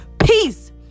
Peace